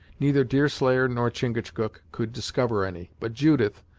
neither deerslayer nor chingachgook could discover any, but judith,